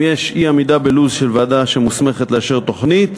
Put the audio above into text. אם יש אי-עמידה בלו"ז של ועדה שמוסמכת לאשר תוכנית,